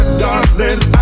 darling